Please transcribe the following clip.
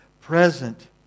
present